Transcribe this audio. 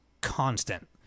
constant